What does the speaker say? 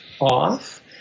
off